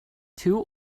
two